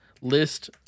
list